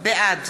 בעד